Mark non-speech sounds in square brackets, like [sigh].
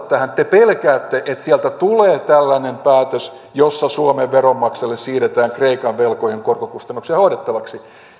[unintelligible] tähän te pelkäätte että sieltä tulee tällainen päätös jossa suomen veronmaksajille siirretään kreikan velkojen korkokustannuksia hoidettavaksi